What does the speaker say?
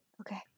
Okay